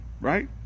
right